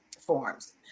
Forms